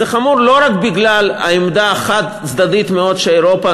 זה חמור לא רק בגלל העמדה החד-צדדית מאוד שאירופה